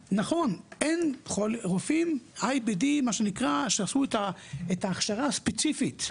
נכון, אין רופאים IBD שעשו את ההכשרה הספציפית,